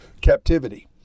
captivity